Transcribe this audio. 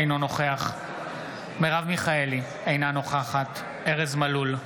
אינו נוכח מרב מיכאלי, אינה נוכחת ארז מלול,